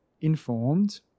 informed